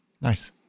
Nice